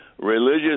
Religious